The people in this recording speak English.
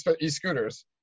e-scooters